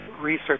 research